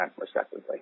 respectively